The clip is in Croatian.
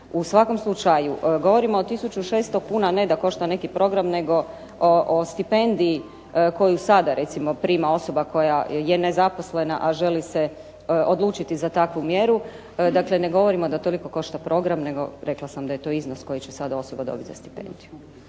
U svakom slučaju govorimo o 1600 kuna ne da košta neki program nego o stipendiji koju sada recimo prima osoba koja je nezaposlena, a želi se odlučiti za takvu mjeru. Dakle, ne govorimo da toliko košta program nego rekla sam da je to iznos koji će sada osoba dobiti za stipendiju.